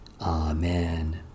Amen